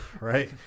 right